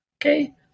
Okay